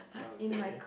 okay